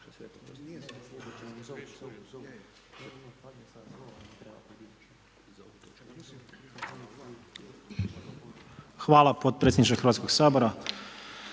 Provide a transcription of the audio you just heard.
potpredsjedniče Hrvatskog sabora.